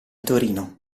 torino